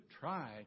try